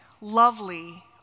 lovely